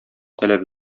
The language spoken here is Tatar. таләп